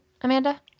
Amanda